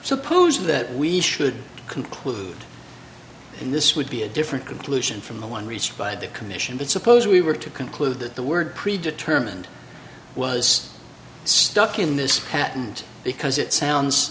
suppose that we should conclude and this would be a different conclusion from the one responded the commission but suppose we were to conclude that the word pre determined was stuck in this patent because it sounds